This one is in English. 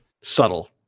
subtle